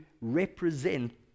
represent